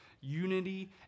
Unity